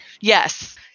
Yes